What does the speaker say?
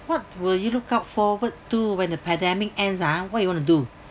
what will you look out forward to when the pandemic ends ah what you want to do